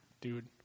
Dude